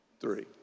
three